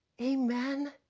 Amen